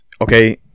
okay